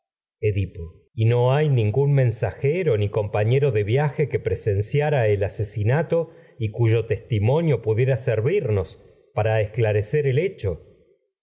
volvió y hay ningiin mensajero ni compañero y cuyo de viaje que presenciara el asesinato testimonio pudiera servirnos para esclarecer el hecho